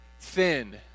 thin